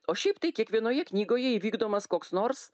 o šiaip tai kiekvienoje knygoje įvykdomas koks nors